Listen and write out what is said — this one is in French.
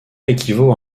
équivaut